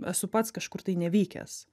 esu pats kažkur tai nevykęs